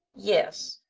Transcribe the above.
yes.